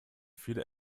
viele